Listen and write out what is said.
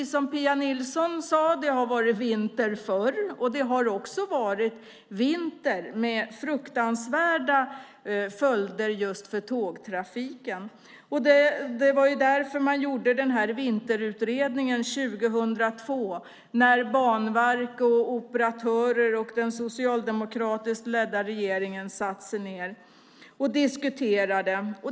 Som Pia Nilsson sade har det dock varit vinter förr med svåra följder för just tågtrafiken. Det var därför man gjorde vinterutredningen 2002 när Banverket, operatörerna och den socialdemokratiska regeringen satte sig ned och diskuterade.